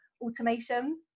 automation